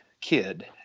kid